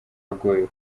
agoye